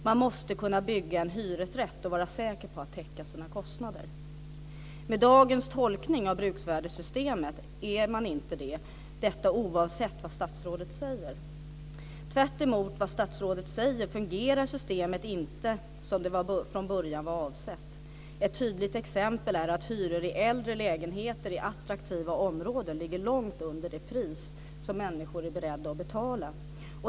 Man måste kunna bygga en hyresrätt och vara säker på att få täckning för sina kostnader. Med dagens tolkning av bruksvärdessystemet är man inte det - detta oavsett vad statsrådet säger. Tvärtemot vad statsrådet säger fungerar systemet inte som det från början var avsett. Ett tydligt exempel är att hyror i äldre lägenheter i attraktiva områden ligger långt under det pris som människor är beredda att betala.